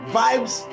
vibes